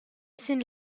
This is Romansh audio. sin